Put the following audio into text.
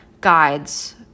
guides